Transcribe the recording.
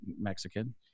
mexican